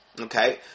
Okay